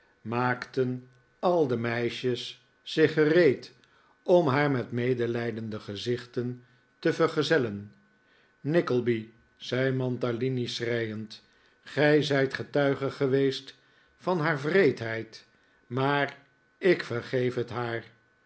maakten al de meisjes zich gereed om haar met medelijdende gezichten te vergezellen nickleby zei mantalini schreiend gij zijt getuige geweest van haar wreedheid maar ik vergeef het haar